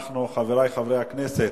חברי חברי הכנסת,